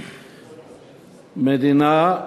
מדינה,